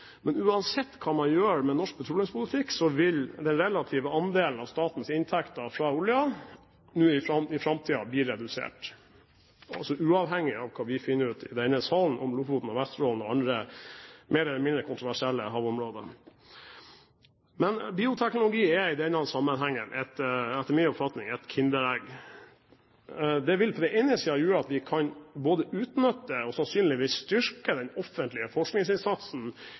Men uansett hva man gjør med norsk petroleumspolitikk, vil den relative andelen av statens inntekter fra oljen i framtiden bli redusert, uavhengig av hva vi finner ut av i denne salen om Lofoten og Vesterålen og andre mer eller mindre kontroversielle havområder. Men bioteknologi er i denne sammenhengen etter min oppfatning et kinderegg. Teknologien vil på den ene siden gjøre at vi kan utnytte og sannsynligvis styrke den offentlige forskningsinnsatsen